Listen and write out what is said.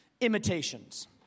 imitations